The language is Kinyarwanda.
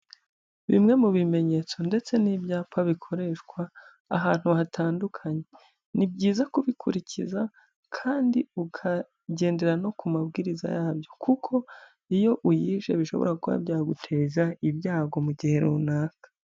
Bimwe mu bimenyetso ndetse n'ibyapa bikoreshwa ahantu hatandukanye, ni byiza kubikurikiza kandi ukagendera no ku mabwiriza yabyo kuko iyo uyishe bishobora kuba byaguteza ibyago mu gihe runaka.